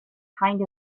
kind